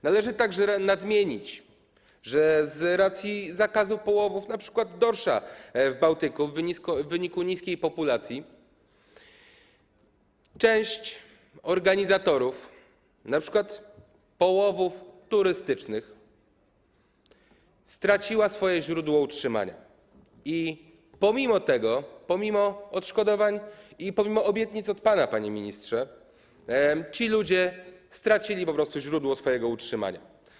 Należy także nadmienić, że z racji zakazu połowów np. dorsza w Bałtyku, w wyniku niskiej populacji, część organizatorów np. połowów turystycznych straciła swoje źródło utrzymania i pomimo odszkodowań i pomimo obietnic od pana, panie ministrze, ci ludzie stracili po prostu źródło swojego utrzymania.